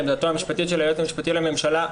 לעמדתו המשפטית של היועץ המשפטי לממשלה,